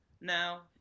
now